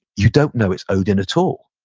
you don't know it's odin at all.